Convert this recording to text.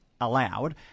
allowed